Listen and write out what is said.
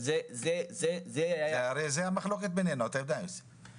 זאת המחלוקת בינינו, אתה יודע, יוסי.